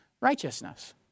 Righteousness